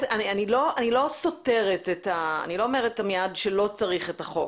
אני לא אומרת מיד שלא צריך את החוק.